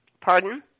pardon